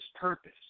purpose